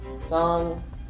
Song